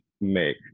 make